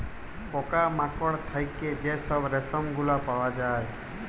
পকা মাকড় থ্যাইকে যে ছব রেশম গুলা পাউয়া যায়